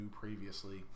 previously